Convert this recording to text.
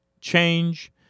change